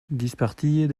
dispartiet